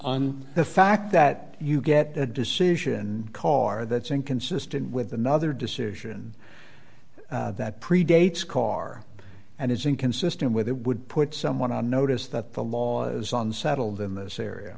on the fact that you get a decision car that's inconsistent with another decision that pre dates car and it's inconsistent with it would put someone on notice that the law is on settled in this area